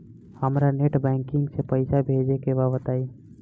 हमरा net banking से पईसा भेजे के बा बताई?